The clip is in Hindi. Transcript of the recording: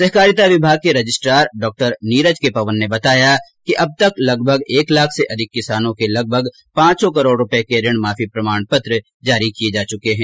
सहकारिता विभाग के रजिट्रार डॉ नीरज के पवन ने बताया कि अब तक लगभग एक लाख से अधिक किसानों के लगभग पांच सौ करोड़ रूपये क ऋण माफी प्रमाण पत्र जारी किये जा चुके है